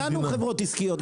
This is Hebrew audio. כולנו חברות עסקיות,